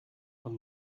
von